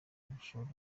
gushoza